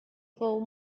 vou